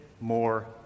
more